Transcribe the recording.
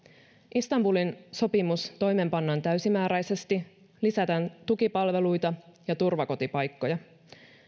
istanbulin sopimus toimeenpannaan täysimääräisesti lisätään tukipalveluita ja turvakotipaikkoja